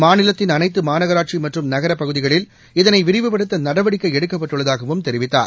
மாநிலத்தின் அனைத்து மாநகராட்சி மற்றும் நகர பகுதிகளில் இதனை விரிவுப்படுத்த நடவடிக்கை எடுக்கப்பட்டுள்ளதாகவும் தெரிவித்தார்